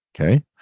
Okay